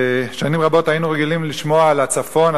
שנים רבות היינו רגילים לשמוע על הצפון,